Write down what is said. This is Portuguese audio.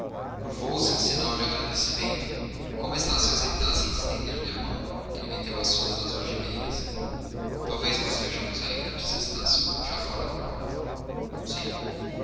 risonho curvou-se em sinal de agradecimento e como estácio hesitasse em estender lhe a mão ele meteu as suas nas algibeiras talvez nos vejamos ainda disse estácio já fora da porta sim